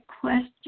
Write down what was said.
question